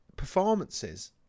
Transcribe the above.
performances